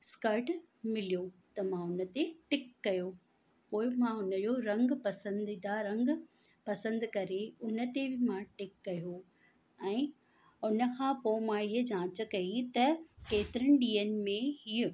skirt मिलियो त मां हुन ते टिक कयो पोइ मां हुन जो रंगु पसंदीदा रंगु पसंदि करे हुन ते बि मां टिक कयो ऐं उन खां पोइ मां इहा जांच कई त केतिरनि ॾींहनि में इहो